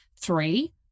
Three